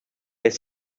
est